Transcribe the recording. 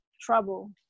trouble